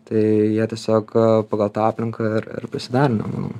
tai jie tiesiog pagal tą aplinką ir ir prisiderino manau